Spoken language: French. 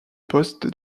poste